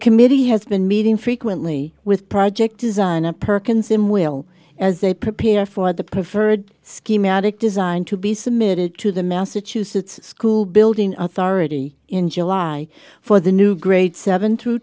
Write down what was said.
committee has been meeting frequently with project design a perkins in will as they prepare for the preferred schematic design to be submitted to the massachusetts school building authority in july for the new grade seven t